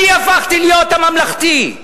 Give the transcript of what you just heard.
אני הפכתי להיות הממלכתי.